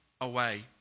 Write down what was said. away